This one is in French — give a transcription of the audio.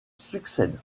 succèdent